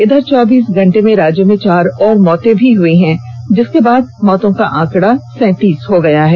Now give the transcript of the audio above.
इधर चौबीस घंटे में राज्य में चार और मौते हई हैं जिसके बाद कूल मौत का आंकड़ा सैंतीस हो गया है